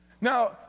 Now